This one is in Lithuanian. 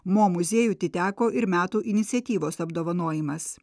mo muziejui atiteko ir metų iniciatyvos apdovanojimas